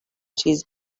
چیز